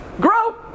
Grow